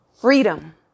freedom